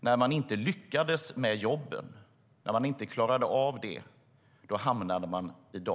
När man inte lyckades med jobben - när man inte klarade av det - hamnade man i dagens moras.